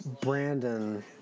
Brandon